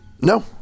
No